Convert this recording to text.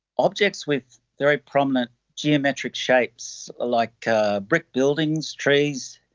objects with very prominent geometric shapes, like ah brick buildings, trees,